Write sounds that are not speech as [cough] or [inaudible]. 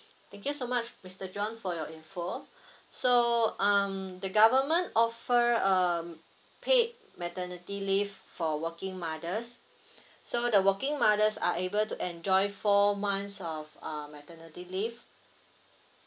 [breath] thank you so much mister john for your info [breath] so um the government offer um paid maternity leave for working mothers [breath] so the working mothers are able to enjoy four months of uh maternity leave